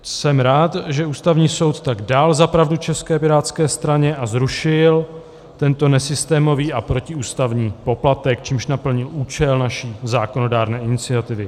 Jsem rád, že Ústavní soud tak dal za pravdu České pirátské straně a zrušil tento nesystémový a protiústavní poplatek, čímž naplnil účel naší zákonodárné iniciativy.